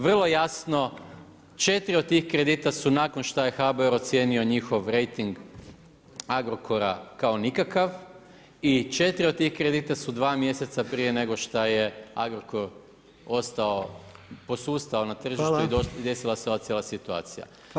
Vro jasno 4 od tih kredita su nakon što je HBOR ocijenio njihov rejting Agrokora kao nikakav i 4 od tih kredita su 2 mjeseca prije nego što je Agrokor ostao, posustao na tržištu i desila se cijela ova situacija.